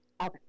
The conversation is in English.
Okay